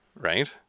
right